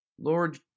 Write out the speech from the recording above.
Lord